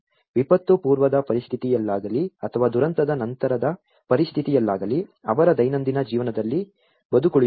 ವಿಪತ್ತು ಪೂರ್ವದ ಪರಿಸ್ಥಿತಿಯಲ್ಲಾಗಲಿ ಅಥವಾ ದುರಂತದ ನಂತರದ ಪರಿಸ್ಥಿತಿಯಲ್ಲಾಗಲಿ ಅವರ ದೈನಂದಿನ ಜೀವನದಲ್ಲಿ ಬದುಕುಳಿಯುತ್ತಾರೆ